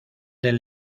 del